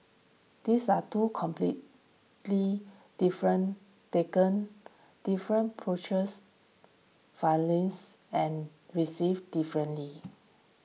these are two completely different taken different approaches and received differently